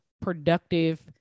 productive